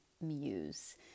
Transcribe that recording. muse